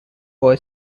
boy